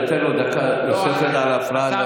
ניתן לו דקה נוספת על ההפרעה,